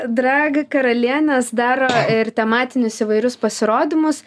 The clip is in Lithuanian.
drag karalienės daro ir tematinius įvairius pasirodymus